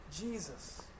Jesus